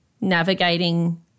navigating